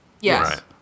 Yes